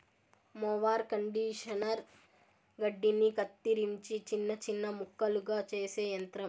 mower conditioner గడ్డిని కత్తిరించి చిన్న చిన్న ముక్కలుగా చేసే యంత్రం